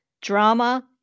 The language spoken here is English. drama